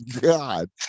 God